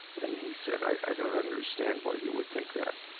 and he said, i don't understand why you would think that.